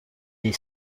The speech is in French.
est